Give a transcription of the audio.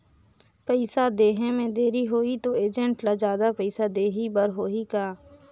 पइसा देहे मे देरी होही तो एजेंट ला जादा पइसा देही बर होही का?